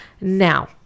Now